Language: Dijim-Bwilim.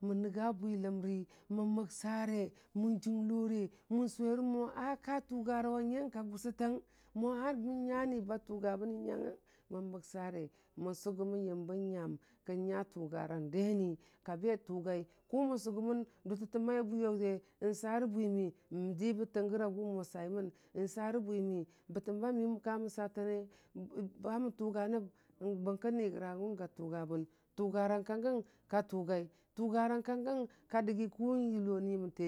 bwiləmri mən məksare mən junglo re mən sʊwʊrə mo a ka tʊgʊranywə nyanke a gʊsʊtəng mo bən nya ni ba tʊga ben nyayəng mən məksure mən sʊgʊmən yəmbə nyam kən nya tʊgʊ rang deni kabe tʊgai kʊ mən sʊgʊmən dʊtəte maiya bwiyʊ te sa'a rə bwimi, ditənbəra gʊmo saimən, sa rə bwimi, bətəmha miyəm ka mən sa tənne ka mən tʊga nəb bənkə ni gəra gʊ ga tʊgʊ bən, tʊgarang ka gəng ka tʊgui, tʊgarang ka gəng ka dəgi kʊ kən yʊlo ni mən tə jəniyu